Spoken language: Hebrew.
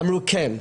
והם אמרו כן.